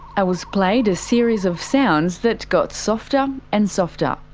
i was played a series of sounds that got softer and softer.